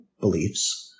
beliefs